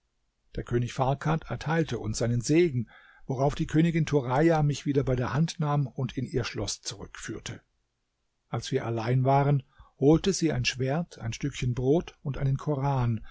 der könig farkad erteilte uns seinen segen worauf die königin turaja mich wieder bei der hand nahm und in ihr schloß zurückführte als wir allein waren holte sie ein schwert ein stückchen brot und einen koran